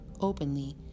openly